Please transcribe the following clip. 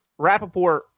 Rappaport